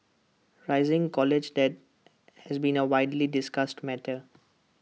rising college debt has been A widely discussed matter